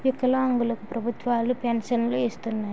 వికలాంగులు కు ప్రభుత్వాలు పెన్షన్ను ఇస్తున్నాయి